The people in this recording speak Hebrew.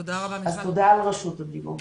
תודה על רשות הדיבור.